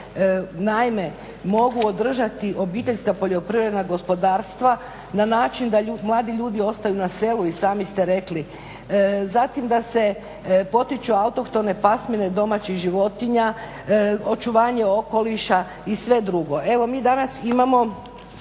naime mogu održati obiteljska poljoprivredna gospodarstva na način da mladi ljudi ostaju na selu i sami ste rekli. Zatim da se potiču autohtone pasmine domaćih životinja, očuvanje okoliša i sve drugo. Evo mi danas imamo